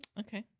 okay,